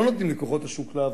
לא נותנים לכוחות השוק לעבוד,